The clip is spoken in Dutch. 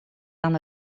aan